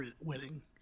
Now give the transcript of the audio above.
winning